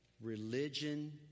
religion